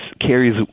carries